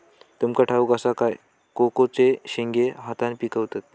तुमका ठाउक असा काय कोकोचे शेंगे हातान पिकवतत